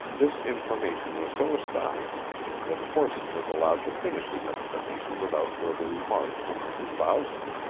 this information was so astonishing that corson was allowed to finish his explanation without further remarks from mrs. bowser.